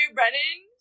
Brennan